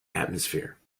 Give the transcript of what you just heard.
atmosphere